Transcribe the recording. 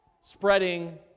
spreading